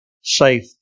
safe